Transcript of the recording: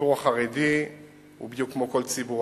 הציבור החרדי הוא בדיוק כמו כל ציבור